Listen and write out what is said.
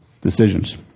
decisions